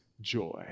joy